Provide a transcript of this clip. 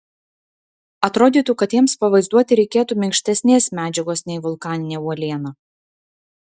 atrodytų kad jiems pavaizduoti reikėtų minkštesnės medžiagos nei vulkaninė uoliena